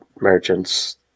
merchants